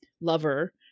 lover